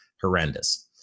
horrendous